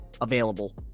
available